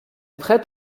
prête